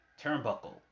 turnbuckle